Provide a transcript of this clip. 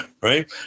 right